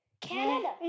Canada